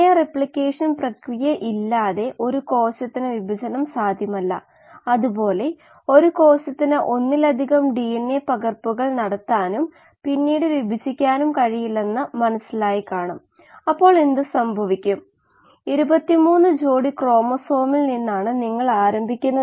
ബയോറിയാക്ടറിൻറെ ഉള്ളിലെ കോശങ്ങളിലോ ബയോറിയാക്ടർ ബ്രോത്തിലോ ഉള്ള പദാർഥങ്ങളുടെ ബാലൻസ് ബ്രോത്ത് ഒരു സിസ്റ്റം എന്ന് കണക്കാക്കി ചെയ്താൽ ഇതാണ് മൊത്തത്തിലുള്ള ബാലൻസ് സമവാക്യം